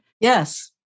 Yes